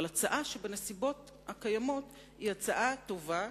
אבל הצעה שבנסיבות הקיימות היא הצעה טובה,